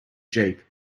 jeep